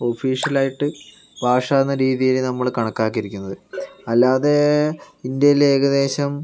official ആയിട്ട് ഭാഷ എന്ന രീതിയില് നമ്മൾ കണക്കാക്കിയിരിക്കുന്നത് അല്ലാതെ ഇന്ത്യയിൽ ഏകദേശം